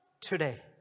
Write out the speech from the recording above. today